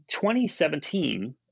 2017